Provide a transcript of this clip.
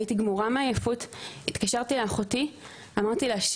הייתי גמורה מעייפות התקשרתי לאחותי אמרתי לה,